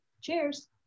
Cheers